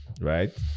right